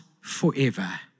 forever